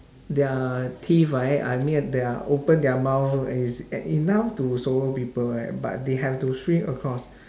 their teeth right I mean they're open their mouth is e~ enough to swallow people right but they have to swim across